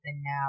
now